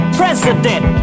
president